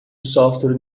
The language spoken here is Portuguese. software